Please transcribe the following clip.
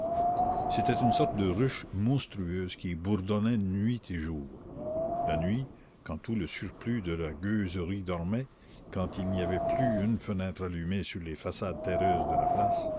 c'était une sorte de ruche monstrueuse qui y bourdonnait nuit et jour la nuit quand tout le surplus de la gueuserie dormait quand il n'y avait plus une fenêtre allumée sur les façades terreuses de la place